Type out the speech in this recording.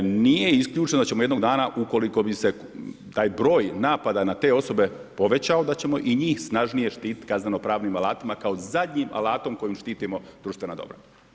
Nije isključeno da ćemo jednog dana ukoliko bi se taj broj napada na te osobe povećao da ćemo i njih snažnije štititi kazneno pravnim alatima kao zadnjim alatom kojim štitimo društvena dobra.